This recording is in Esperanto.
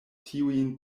tiujn